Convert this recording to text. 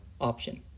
option